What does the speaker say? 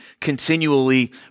continually